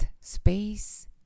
space